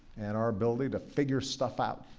and our ability to figure stuff out.